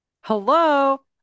Hello